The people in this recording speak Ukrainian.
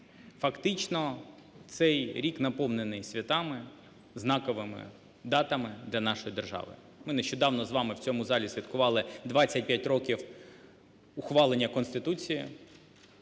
Фактично цей рік наповнений святами, знаковими датами для нашої держави. Ми нещодавно з вами в цьому залі святкували 25 років ухвалення Конституції.